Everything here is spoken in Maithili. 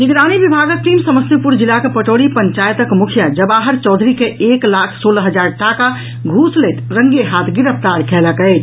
निगरानी विभागक टीम समस्तीपुर जिलाक पटौरी पंचायतक मुखिया जवाहर चौधरी के एक लाख सोलह हजार टाका घूस लैत रंगे हाथ गिरफ्तार कयलक अछि